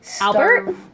Albert